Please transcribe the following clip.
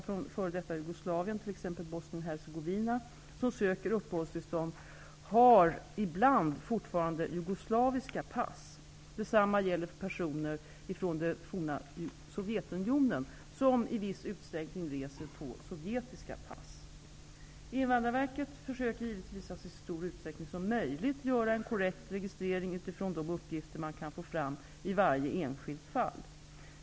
från Bosnien--Hercegovina, som söker uppehållstillstånd har ibland fortfarande jugoslaviska pass. Detsamma gäller för personer från det forna Sovjetunionen som i viss utsträckning reser på sovjetiska pass. Invandrarverket försöker givetvis att i så stor utsträckning som möjligt göra en korrekt registrering, utifrån de uppgifter man kan få fram i varje enskilt fall.